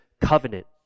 covenant